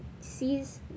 sees